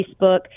Facebook